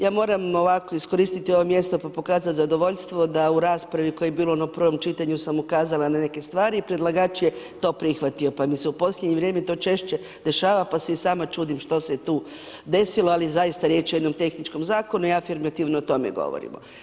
Ja moram ovako iskoristiti ovo mjesto pa pokazat zadovoljstvo da u raspravi koja je bila na prvom čitanju sam ukazala na neke stvari i predlagač je to prihvatio pa mi se u posljednje vrijeme to češće dešava pa se i sama čudim što se tu desilo, ali zaista riječ je o jednom tehničkom zakonu i afirmativno o tome govorimo.